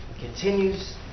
continues